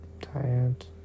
tired